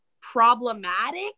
problematic